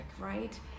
right